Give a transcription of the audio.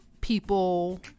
people